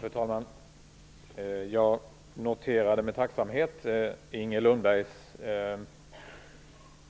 Fru talman! Jag noterade med tacksamhet Inger Lundbergs